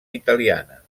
italiana